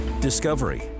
Discovery